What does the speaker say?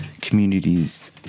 communities